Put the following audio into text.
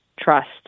trust